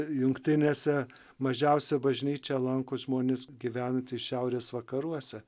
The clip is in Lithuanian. jungtinėse mažiausią bažnyčią lanko žmonės gyvenantys šiaurės vakaruose